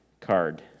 card